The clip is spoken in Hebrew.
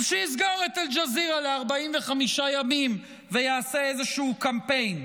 אז שיסגור את אל-ג'זירה ל-45 ימים ויעשה איזשהו קמפיין,